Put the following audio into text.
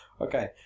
okay